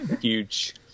huge